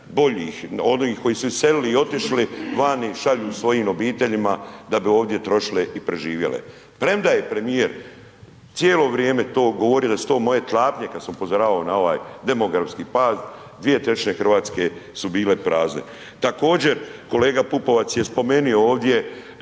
najboljih, onih koji su iselili i otišli vani, šalju svojim obiteljima da bi ovdje trošile i preživjele. Premda je premijer cijelo vrijeme to govorio da su to moje klapnje kad sam upozoravao na ovaj demografski pad, 2/3 Hrvatske su bile prazne. Također, kolega Pupovac je spomenuo ovdje